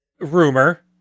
rumor